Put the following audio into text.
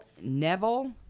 Neville